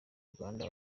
uganda